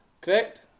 Correct